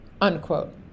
unquote